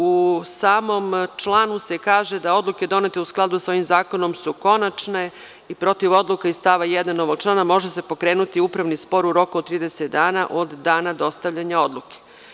U samom članu se kaže da odluke donete u skladu sa ovim zakonom su konačne i protiv odluka iz stava 1. ovog člana može se pokrenuti upravni spor u roku od 30 dana od dana dostavljanja odluke.